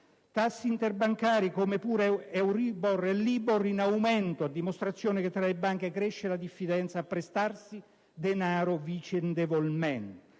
tassi interbancari, come pure Euribor e Libor, in aumento, a dimostrazione che tra le banche cresce la diffidenza a prestarsi denaro vicendevolmente;